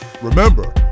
remember